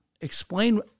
explain